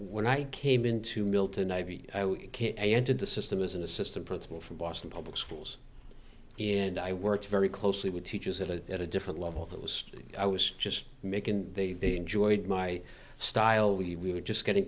when i came in to milton a kid entered the system as an assistant principal from boston public schools and i worked very closely with teachers at a at a different level that was i was just making they enjoyed my style we were just getting